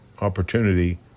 opportunity